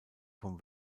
vom